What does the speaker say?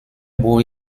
beau